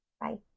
Bye